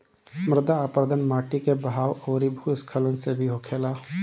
मृदा अपरदन माटी के बहाव अउरी भू स्खलन से भी होखेला